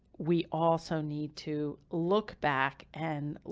we also need to look back and, ah,